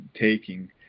taking